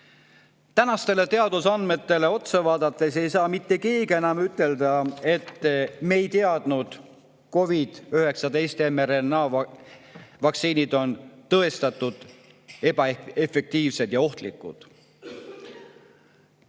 Tänastele teadusandmetele otsa vaadates ei saa mitte keegi enam ütelda, et me ei teadnud, et COVID‑19 mRNA‑vaktsiinid on tõestatult ebaefektiivsed ja ohtlikud.